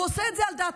הוא עשה את זה על דעתך.